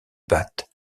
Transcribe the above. battent